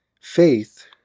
Faith